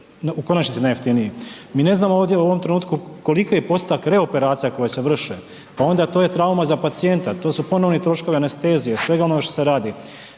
u konačnici najjeftiniji. Mi ne znamo u ovom trenutku koliki je postotak reoperacija koje se vrše, pa onda to je trauma za pacijenta, to su ponovni troškovi anestezije svega onog što se radi.